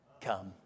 Come